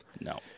No